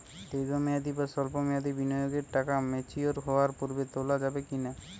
দীর্ঘ মেয়াদি বা সল্প মেয়াদি বিনিয়োগের টাকা ম্যাচিওর হওয়ার পূর্বে তোলা যাবে কি না?